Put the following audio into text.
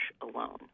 alone